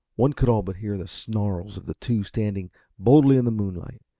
one could all but hear the snarls of the two standing boldly in the moonlight,